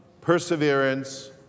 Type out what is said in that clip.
perseverance